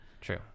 True